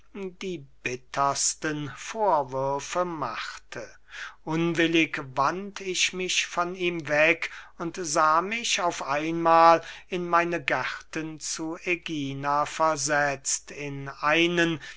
die bittersten vorwürfe machte unwillig wandt ich mich von ihm weg und sah mich auf einmahl in meine gärten zu ägina versetzt in einen